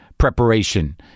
preparation